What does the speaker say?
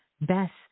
best